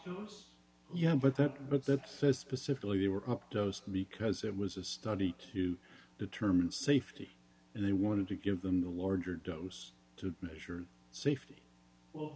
goes yeah but that book that says specifically they were up those because it was a study to determine safety and they wanted to give them the larger dose to measure safety well